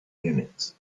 units